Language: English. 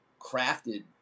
crafted